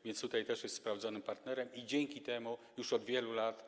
A więc tutaj też jest sprawdzonym partnerem i dzięki temu już od wielu lat